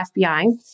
FBI